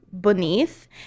beneath